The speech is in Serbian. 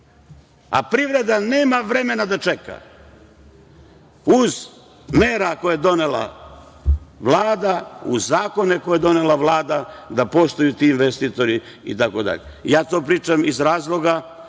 a privreda nema vremena da čeka, uz mere koje je donela Vlada, uz zakone koje je donela Vlada, da poštuju ti investitori itd. Ja to pričam iz praktičnog